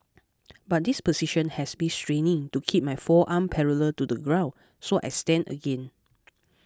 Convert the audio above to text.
but this position has be straining to keep my forearm parallel to the ground so I stand again